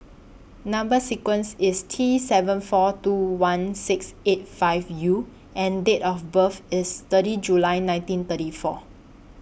Number sequence IS T seven four two one six eight five U and Date of birth IS thirty July nineteen thirty four